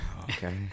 Okay